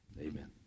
Amen